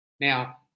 Now